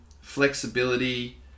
flexibility